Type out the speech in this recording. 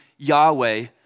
Yahweh